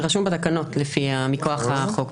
זה רשום בתקנות מכוח החוק.